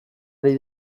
ari